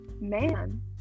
Man